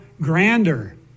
grander